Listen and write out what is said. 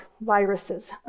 viruses